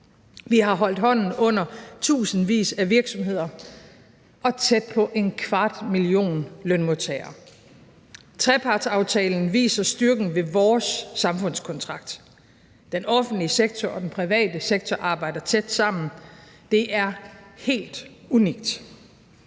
Vi har holdt hånden under tusindvis af virksomheder og tæt på en kvart million lønmodtagere. Trepartsaftalen viser styrken ved vores samfundskontrakt. Den offentlige sektor og den private sektor arbejder tæt sammen. Det er helt unikt.